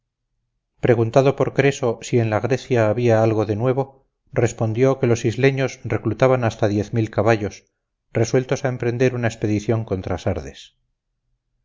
preguntado por creso si en la grecia había algo de nuevo respondió que los isleños reclutaban hasta diez mil caballos resueltos a emprender una expedición contra sardes